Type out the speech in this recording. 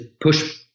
push